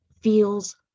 feels